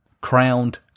crowned